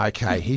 Okay